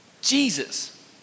Jesus